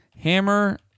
Hammer